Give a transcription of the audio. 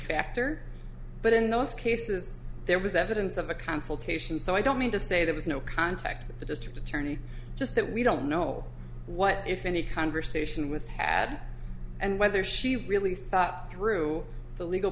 factor but in those cases there was evidence of a consultation so i don't mean to say there was no contact with the district attorney just that we don't know what if any conversation with had and whether she really thought through the legal